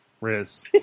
Riz